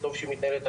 טוב שהיא מתנהלת.